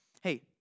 Hey